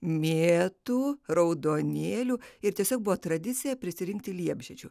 mėtų raudonėlių ir tiesiog buvo tradicija prisirinkti liepžiedžių